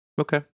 Okay